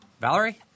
Valerie